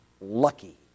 lucky